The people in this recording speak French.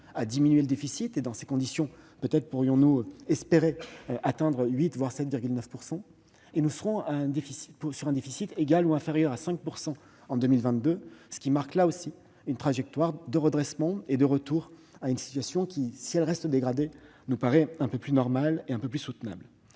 à diminuer le déficit. Dans ces conditions, peut-être pourrions-nous espérer atteindre 8 %, voire 7,9 %. Enfin, nous serons sur un déficit égal ou inférieur à 5 % en 2022, ce qui est la marque d'une trajectoire de redressement et l'annonce d'un retour à une situation, qui, si elle reste dégradée, nous paraît un peu plus normale et soutenable.